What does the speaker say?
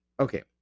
Okay